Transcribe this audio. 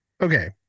Okay